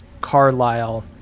Carlisle